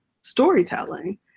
storytelling